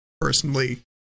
personally